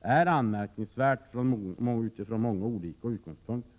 är anmärkningsvärd från många olika utgångspunkter.